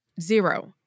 zero